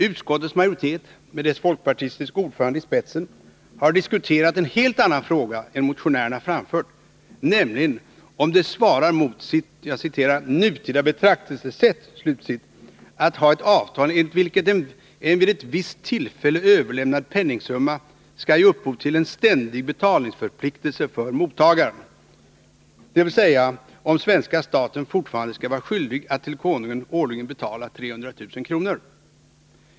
Utskottets majoritet med dess folkpartistiske ordförande i spetsen har diskuterat en helt annan fråga än motionärerna framfört, nämligen om det svarar mot ”nutida betraktelsesätt” att ha ett avtal enligt vilken en vid ett visst tillfälle överlämnad penningsumma skall ge upphov till en ständig betalningsförpliktelse för mottagaren, dvs. om svenska staten fortfarande skall vara skyldig att till konungen årligen betala 300 000 kr.